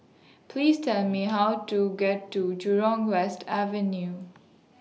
Please Tell Me How to get to Jurong West Avenue